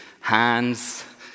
hands